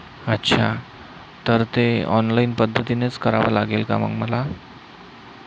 अच्छा तर ते ऑनलाईन पद्धतीनेच करावं लागेल का मग मला